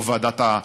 יו"ר ועדת הכלכלה,